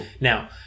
Now